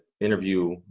interview